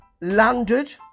landed